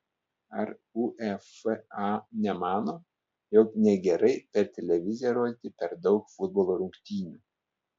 ar uefa nemano jog negerai per televiziją rodyti per daug futbolo rungtynių